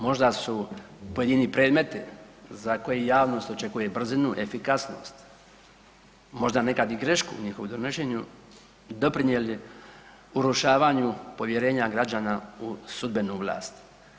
Možda su pojedini predmeti za koje javnost očekuje brzinu, efikasnost, možda nekada i grešku u njihovom donošenju doprinijeli urušavanju povjerenja građana u sudbenu vlast.